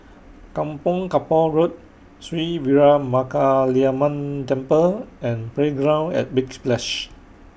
Kampong Kapor Road Sri Veeramakaliamman Temple and Playground At Big Splash